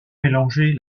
mélanger